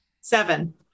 Seven